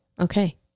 Okay